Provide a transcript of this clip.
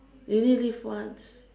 you only live once